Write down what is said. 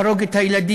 על להרוג את הילדים,